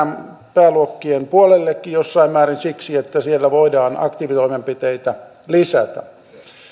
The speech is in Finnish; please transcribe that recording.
pääluokkien puolellekin jossain määrin siksi että siellä voidaan aktiivitoimenpiteitä lisätä